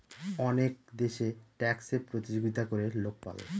অনেক দেশে ট্যাক্সে প্রতিযোগিতা করে লোক পাবে